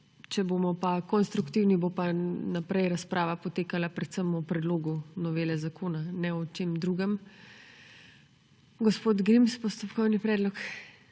Če bomo pa konstruktivni, bo pa naprej razprava potekala predvsem o predlogu novele zakona, ne o čem drugem. Gospod Grims, postopkovni predlog.